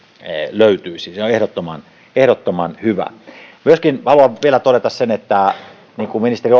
löytyisi se on ehdottoman ehdottoman hyvä myöskin haluan vielä todeta sen että niin kuin ministeri